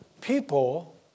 People